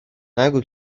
نگو